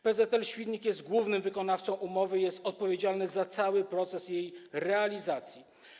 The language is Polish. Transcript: PZL-Świdnik jest głównym wykonawcą umowy i jest odpowiedzialny za cały proces jej realizacji.